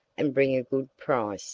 and bring a good price